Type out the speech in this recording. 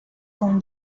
found